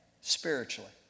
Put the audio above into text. spiritually